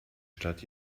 stadt